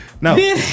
No